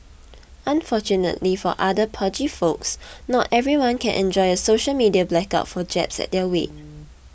unfortunately for other pudgy folks not everyone can enjoy a social media blackout for jabs at their weight